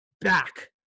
back